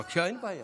תודה רבה לך,